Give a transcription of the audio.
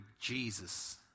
Jesus